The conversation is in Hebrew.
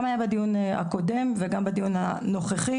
זה גם היה בדיון הקודם וגם בדיון הנוכחי,